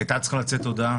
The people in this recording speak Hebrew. הייתה צריכה לצאת הודעה